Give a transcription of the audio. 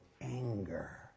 anger